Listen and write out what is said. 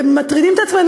ומטרידים את עצמנו